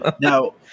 Now